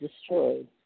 destroyed